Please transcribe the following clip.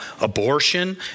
abortion